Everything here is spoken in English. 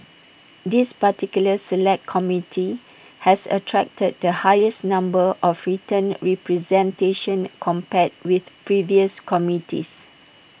this particular Select Committee has attracted the highest number of written representations compared with previous committees